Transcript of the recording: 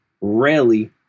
rarely